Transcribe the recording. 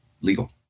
legal